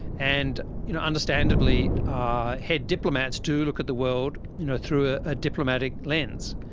and you know understandably ah head diplomats do look at the world you know through ah a diplomatic lens,